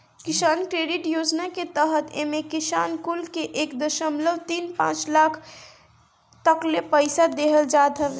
किसान क्रेडिट योजना के तहत एमे किसान कुल के एक दशमलव तीन पाँच लाख तकले पईसा देहल जात हवे